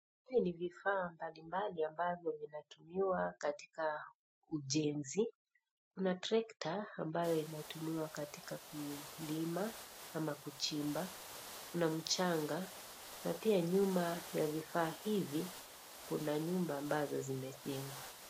Hivi ni vifaa mbalimbali ambavyo vinatumiwa katika ujenzi. Kuna trekta ambayo inatumiwa katika kulima ama kuchimba. Kuna mchanga na pia nyuma ya vifaa hivi kuna nyumba ambazo zimejengwa.